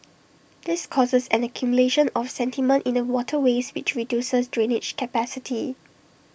this causes an accumulation of sediment in the waterways which reduces drainage capacity